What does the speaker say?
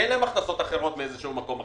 כי אין להם הכנסות מאיזה שהוא מקום אחר.